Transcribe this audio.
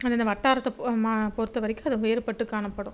அது இந்த வட்டாரத்தை பொ மா பொறுத்த வரைக்கும் அது வேறுபட்டு காணப்படும்